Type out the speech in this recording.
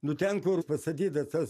nu ten kur pastatytas tas